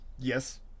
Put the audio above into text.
Yes